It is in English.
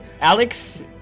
Alex